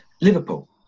Liverpool